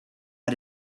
how